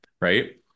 right